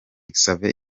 xavier